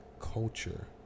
culture